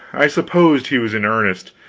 i supposed he was in earnest,